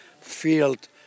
field